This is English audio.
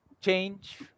change